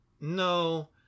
No